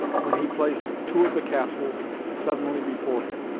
when he placed two of the castles suddenly before him.